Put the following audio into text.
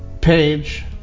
page